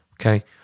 Okay